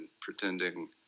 pretending